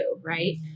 right